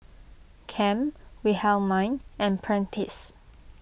Cam Wilhelmine and Prentiss